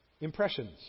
Impressions